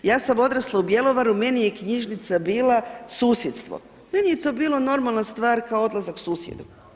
Ja sam odrasla u Bjelovaru meni je knjižnica bila susjedstvo, meni je to bilo normalan stvar kao odlazak susjedu.